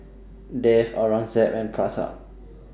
Dev Aurangzeb and Pratap